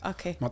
Okay